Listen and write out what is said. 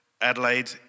Adelaide